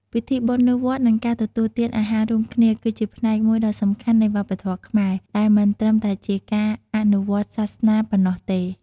ពិធីបុណ្យនៅវត្ត និងការទទួលទាន អាហាររួមគ្នា គឺជាផ្នែកមួយដ៏សំខាន់នៃវប្បធម៌ខ្មែរ ដែលមិនត្រឹមតែជាការអនុវត្តន៍សាសនាប៉ុណ្ណោះទេ។